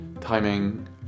timing